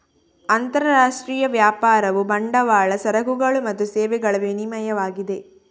ಅಂತರರಾಷ್ಟ್ರೀಯ ವ್ಯಾಪಾರವು ಬಂಡವಾಳ, ಸರಕುಗಳು ಮತ್ತು ಸೇವೆಗಳ ವಿನಿಮಯವಾಗಿದೆ